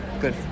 good